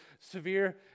severe